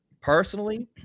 personally